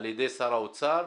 על ידי שר האוצר.